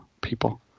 people